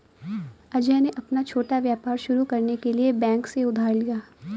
अजय ने अपना छोटा व्यापार शुरू करने के लिए बैंक से उधार लिया